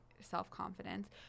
self-confidence